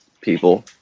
people